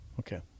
Okay